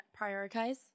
prioritize